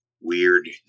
weird